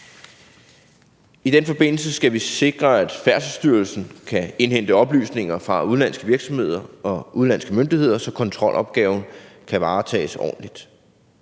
I den forbindelse skal vi sikre, at Færdselsstyrelsen kan indhente oplysninger fra udenlandske virksomheder og udenlandske myndigheder, så kontrolopgaven kan varetages ordentligt.